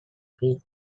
free